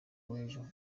w’ejo